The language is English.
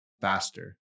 faster